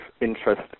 interest